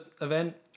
event